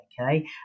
okay